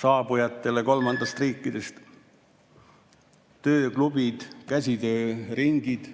saabujatele kolmandatest riikidest, tööklubid, käsitööringid.